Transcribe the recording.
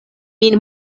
min